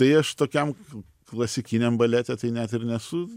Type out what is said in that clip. tai aš tokiam klasikiniam balete tai net ir nesu